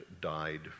died